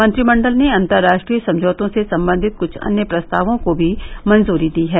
मंत्रिमंडल ने अंतर्राष्ट्रीय समझौतों से संबंधित कुछ अन्य प्रस्तावों को भी मंजूरी दी है